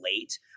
late